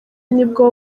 nibwo